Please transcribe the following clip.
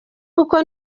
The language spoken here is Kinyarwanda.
koko